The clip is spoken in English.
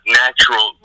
natural